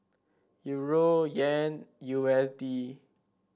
Euro Yen U S D